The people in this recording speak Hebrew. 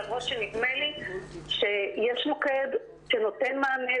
למרות שנדמה לי שיש מוקד שנותן מענה,